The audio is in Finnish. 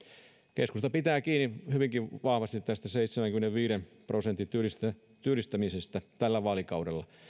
keskusta pitää kiinni hyvinkin vahvasti tästä seitsemänkymmenenviiden prosentin työllistämisestä työllistämisestä tällä vaalikaudella